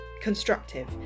constructive